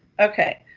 okay.